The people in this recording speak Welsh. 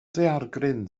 daeargryn